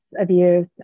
abuse